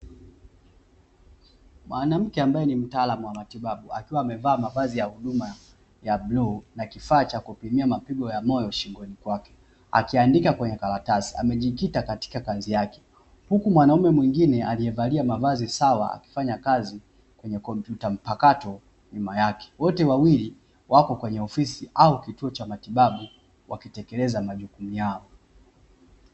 Mwanamke ambaya ni mtaalamu wa matibabu akiwa amevaa mavazi ya bluu na kifaa cha kupimia mapigo ya moyo shingoni kwake, akiandika kwenye karatasi akiwa amejikita katika kazi yake, huku mwanaume mwingine aliyevalia mavazi sawa akifanya kazi kwenye kompyuta mpakato nyuma yake, wote wawili wapo kwenye ofisi au kituo cha matibabu wakitekeleza majukumu yao .